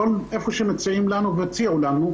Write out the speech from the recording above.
איפה שמציעים לנו והציעו לנו.